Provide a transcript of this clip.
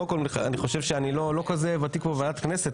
קודם כל אני לא כזה ותיק בוועדת הכנסת,